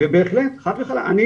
ובהחלט חד וחלק, אני